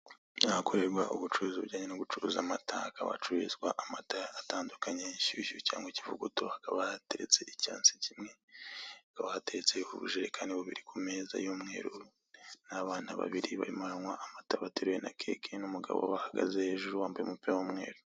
Ahakorerwa ubucuruzi bujyanye no gucuruza amata, hakaba hacuririzwa amata atandukanye inshyushyu cyangwa ikivuguto; hakaba hateretse icyansi kimwe, hakaba hateretse ubujerekani bubiri ku meza y'umweru hari n'abana babiri barimo baranywa amata bateruye na keke, n'umugabo ubahagaze hejuru wambaye umupira w'umweru.